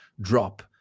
drop